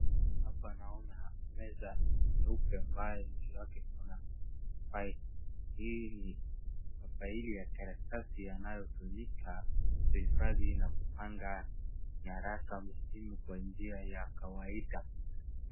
Hapa naona meza nyeupe ambaye juu yake kuna files [s], hii ni mafaili ya karatasi yanayotumika kuhifadhi na kupanga nyaraka muhimu kwa njia ya kawaida.